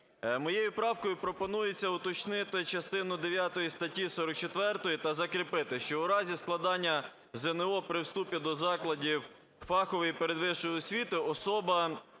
Моєю правкою пропонується уточнити частину дев'яту статті 44 та закріпити, що у разі складання ЗНО при вступі до закладів фахової передвищої освіти, особа